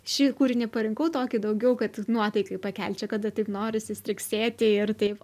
šį kūrinį parinkau tokį daugiau kad nuotaikai pakelt čia kada tik norisi striksėti ir taip